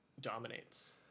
dominates